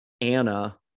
Anna